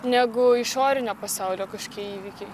negu išorinio pasaulio kažkokie įvykiai